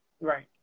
right